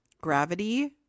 gravity